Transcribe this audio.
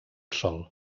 sol